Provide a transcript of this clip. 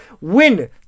win